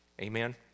Amen